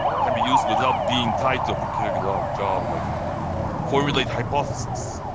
can be used without being tied to a particular job, like formulate hypothesis,